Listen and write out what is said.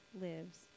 lives